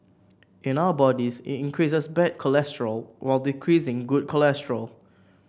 in our bodies it increases bad cholesterol while decreasing good cholesterol